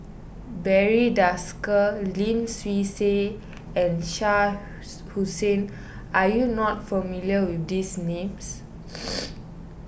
Barry Desker Lim Swee Say and Shah Hussain are you not familiar with these names